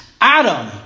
Adam